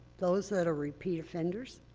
those that are repeat offenders?